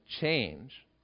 change